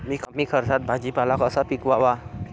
कमी खर्चात भाजीपाला कसा पिकवावा?